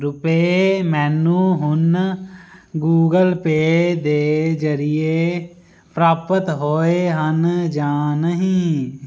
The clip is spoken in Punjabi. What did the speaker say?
ਰੁਪਏ ਮੈਨੂੰ ਹੁਣ ਗੂਗਲ ਪੇ ਦੇ ਜਰੀਏ ਪ੍ਰਾਪਤ ਹੋਏ ਹਨ ਜਾਂ ਨਹੀਂ